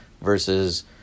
versus